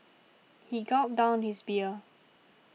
he gulped down his beer